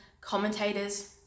commentators